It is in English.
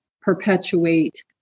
perpetuate